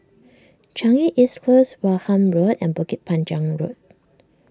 Changi East Close Wareham Road and Bukit Panjang Road